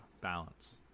Balance